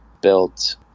built